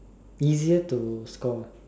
easier to score ah